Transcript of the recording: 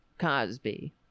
Cosby